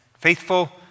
faithful